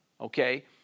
okay